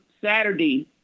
Saturday